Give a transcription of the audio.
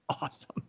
awesome